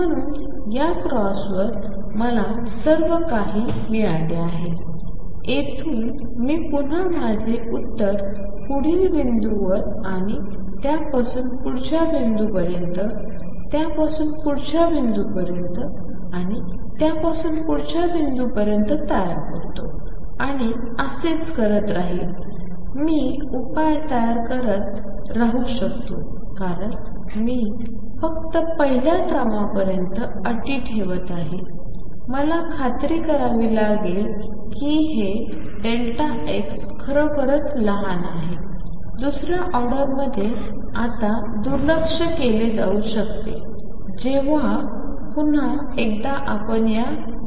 म्हणून या क्रॉसवर मला सर्व काही मिळाले आहे येथून मी पुन्हा माझे उत्तर पुढील बिंदूवर आणि त्यापासून पुढच्या बिंदूपर्यंत त्यापासून पुढच्या बिंदूपर्यंत त्यापासून पुढच्या बिंदूपर्यंत तयार करतो आणि असेच मी उपाय तयार करत राहू शकतो कारण मी फक्त पहिल्या क्रमपर्यंत अटी ठेवत आहे मला खात्री करावी लागेल की हे x खरोखरच लहान आहे दुसऱ्या ऑर्डरमध्ये आता दुर्लक्ष केले जाऊ शकतेजेव्हा पुन्हा एकदा आपण या प्रक्रियेला सुरुवात करू